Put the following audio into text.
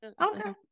Okay